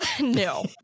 No